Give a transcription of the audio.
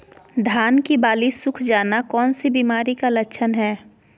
धान की बाली सुख जाना कौन सी बीमारी का लक्षण है?